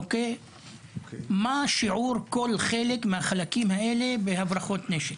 מה שיעור כל חלק מהחלקים האלה בהברחות נשק?